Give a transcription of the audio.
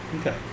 Okay